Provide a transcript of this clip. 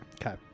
Okay